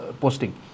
posting